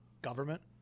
Government